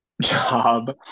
Job